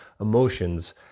emotions